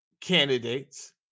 Candidates